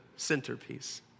centerpiece